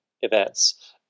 events